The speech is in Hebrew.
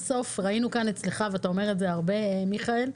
ראינו כאן, ואתה אומר את זה הרבה, מיכאל,